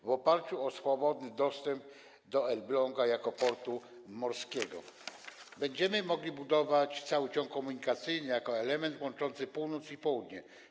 W oparciu o swobodny dostęp do Elbląga jako portu morskiego będziemy mogli budować cały ciąg komunikacyjny jako element łączący północ i południe.